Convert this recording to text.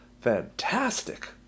fantastic